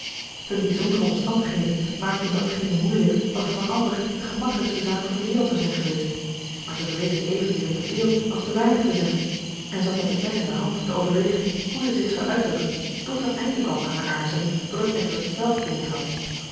hun bijzondere omstandigheden maakten datgene moeilijk wat voor een ander de gemakkelijkste zaak van de wereld zou zijn geweest maar zij vreesde evenzeer te veel als te weinig te zeggen en zat met de pen in de hand te overwegen hoe zij zich zou uitdrukken tot er een einde kwam aan haar aarzelen doordat edward zelf